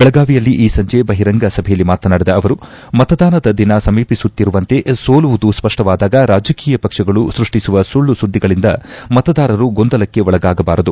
ಬೆಳಗಾವಿಯಲ್ಲಿ ಈ ಸಂಜೆ ಬಹಿರಂಗ ಸಭೆಯಲ್ಲಿ ಮಾತನಾಡಿದ ಅವರು ಮತದಾನದ ದಿನ ಸಮೀಪಿಸುತ್ತಿರುವಂತೆ ಸೋಲುವುದು ಸ್ಪಷ್ಟವಾದಾಗ ರಾಜಕೀಯ ಪಕ್ಷಗಳು ಸೃಷ್ಟಿಸುವ ಸುಳ್ಳು ಸುದ್ದಿಗಳಿಂದ ಮತದಾರರು ಗೊಂದಲಕ್ಕೆ ಒಳಗಾಗಬಾರದು